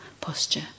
posture